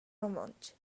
romontsch